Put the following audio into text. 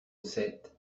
sept